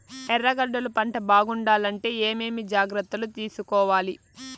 ఎర్రగడ్డలు పంట బాగుండాలంటే ఏమేమి జాగ్రత్తలు తీసుకొవాలి?